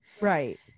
Right